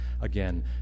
Again